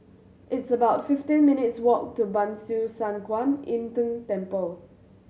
it's about fifteen minutes' walk to Ban Siew San Kuan Im Tng Temple